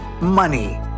Money